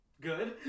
good